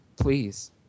Please